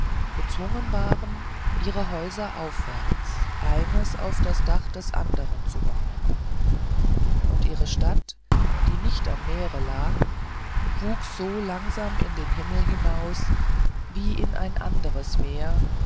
gezwungen waren ihre häuser aufwärts eines auf das dach des anderen zu bauen und ihre stadt die nicht am meere lag wuchs so langsam in den himmel hinaus wie in ein anderes meer